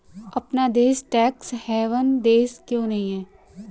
अपना देश tax haven देश क्यों नहीं है?